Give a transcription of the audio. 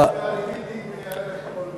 הריבית היא בערך כמו ריבית השוק.